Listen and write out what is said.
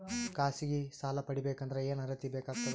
ಖಾಸಗಿ ಸಾಲ ಪಡಿಬೇಕಂದರ ಏನ್ ಅರ್ಹತಿ ಬೇಕಾಗತದ?